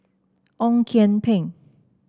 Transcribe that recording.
Ong Kian Peng